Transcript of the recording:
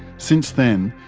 since then,